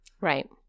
Right